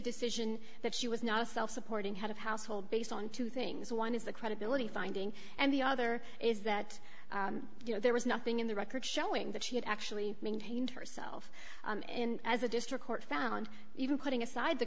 decision that she was not self supporting head of household based on two things one is the credibility finding and the other is that you know there was nothing in the record showing that she had actually maintained herself as a district court found even putting aside the